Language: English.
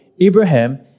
Abraham